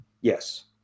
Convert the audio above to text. Yes